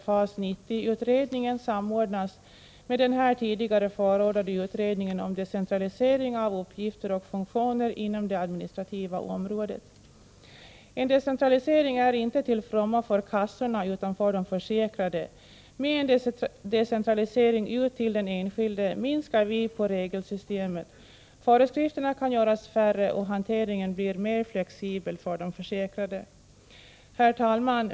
FAS 90-utredningen samordnas med den här tidigare förordade utredningen om decentralisering av uppgifter och funktioner inom det administrativa området. En decentralisering är till fromma inte för kassorna utan för de försäkrade. Med en decentralisering ut till den enskilde minskar vi regelsystemet — föreskrifterna kan göras färre och hanteringen blir mer flexibel för de försäkrade. Herr talman!